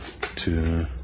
two